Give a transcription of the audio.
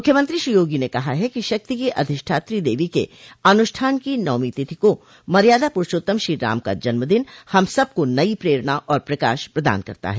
मुख्यमंत्री श्री योगी ने कहा है कि शक्ति की अधिष्ठात्री देवी के अनुष्ठान की नवमी तिथि को मर्यादा पुरूषोत्तम श्री राम का जन्मदिन हम सबको नयी प्रेरणा और प्रकाश प्रदान करता है